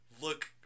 look